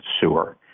sewer